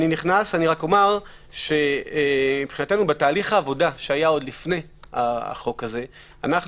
רק אומר שמבחינתנו בתהליך העבודה שהיה עוד לפני החוק הזה,